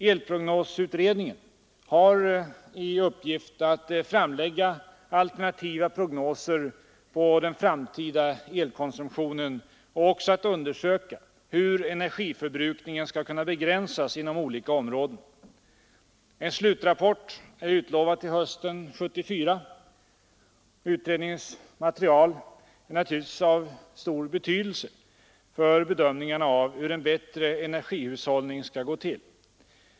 Elprognosutredningen har till uppgift att framlägga alternativa prognoser för den framtida elkonsumtionen och också att undersöka hur energiförbrukningen skall kunna begränsas inom olika områden. En slutrapport är utlovad till hösten 1974. Utredningens material är av stor betydelse för bedömningarna av hur en bättre energihushållning skall åstadkommas.